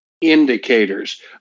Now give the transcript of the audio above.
indicators